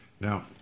Now